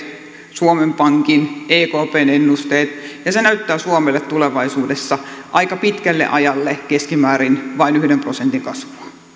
suomen pankin ekpn ennusteet ja ne näyttävät suomelle tulevaisuudessa aika pitkälle ajalle keskimäärin vain yhden prosentin